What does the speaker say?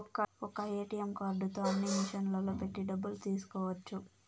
ఒక్క ఏటీఎం కార్డుతో అన్ని మిషన్లలో పెట్టి డబ్బులు తీసుకోవచ్చు